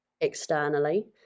externally